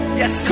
yes